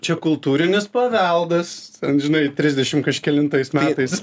čia kultūrinis paveldas ten žinai trisdešim kažkelintais metais